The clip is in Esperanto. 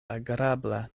agrabla